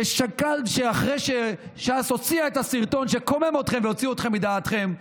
שאחרי שש"ס הוציאה את הסרטון שקומם אתכם והוציא אתכם מדעתכם,